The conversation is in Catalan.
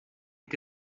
què